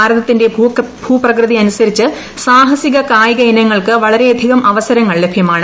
ഭാരതത്തിന്റ ഭൂപ്രകൃതി അനുസരിച്ച് സാഹസിക കായിക ഇനങ്ങൾക്ക് വളരെയധികം അവസരങ്ങൾ ലഭൃമാണ്